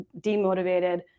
demotivated